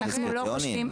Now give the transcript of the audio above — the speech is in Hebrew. קריטריונים?